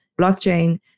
blockchain